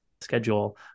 schedule